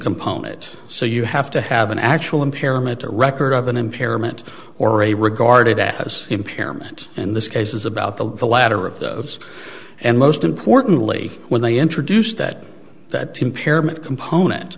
component so you have to have an actual impairment a record of an impairment or a regarded as impairment in this case is about the latter of those and most importantly when they introduce that that